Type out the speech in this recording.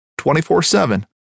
24-7